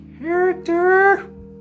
character